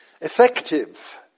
effective